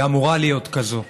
היא אמורה להיות כזאת.